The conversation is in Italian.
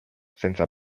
senza